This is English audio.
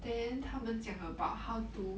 then 他们讲 about how to